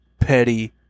petty